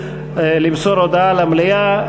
למסור הודעה למליאה.